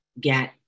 get